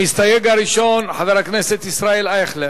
המסתייג הראשון, חבר הכנסת ישראל אייכלר,